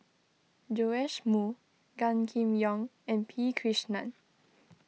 Joash Moo Gan Kim Yong and P Krishnan